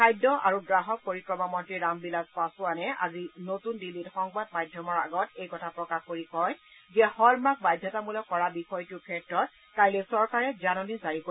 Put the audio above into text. খাদ্য আৰু গ্ৰাহক পৰিক্ৰমা মন্ত্ৰী ৰামবিলাস পাচোৱানে আজি নতুন দিল্লীত সংবাদ মাধ্যমৰ আগত এই কথা প্ৰকাশ কৰি কয় যে হলমাৰ্ক বাধ্যতামূলক কৰা বিষয়টোৰ ক্ষেত্ৰত কাইলৈ চৰকাৰে জাননী জাৰি কৰিব